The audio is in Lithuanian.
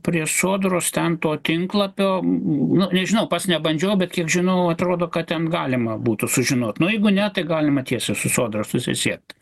prie sodros ten to tinklapio nu nežinau pats nebandžiau bet kiek žinau atrodo kad ten galima būtų sužinot nu jeigu ne tai galima tiesiai su sodra susisiekt